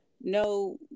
no